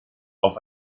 auf